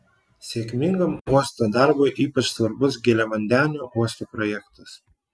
sėkmingam uosto darbui ypač svarbus giliavandenio uosto projektas